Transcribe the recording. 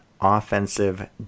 offensive